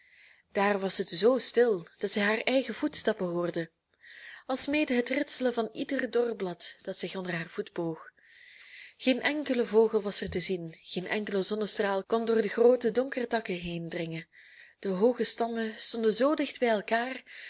daar was het zoo stil dat zij haar eigen voetstappen hoorde alsmede het ritselen van ieder dor blad dat zich onder haar voet boog geen enkele vogel was er te zien geen enkele zonnestraal kon door de groote donkere takken heendringen de hooge stammen stonden zoo dicht bij elkaar